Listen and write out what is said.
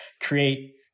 create